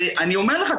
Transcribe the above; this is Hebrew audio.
אני אומר לך,